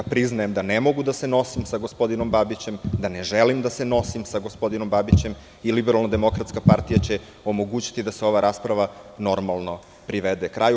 Priznajem da ne mogu da se nosim sa gospodinom Babićem, da ne želim da se nosim sa gospodinom Babićem i LDP će omogućiti da se ova rasprava normalno privede kraju.